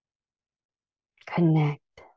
Connect